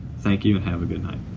thank you and have a good night.